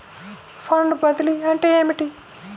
Fund బదిలీ అంటే ఏమిటి?